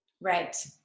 Right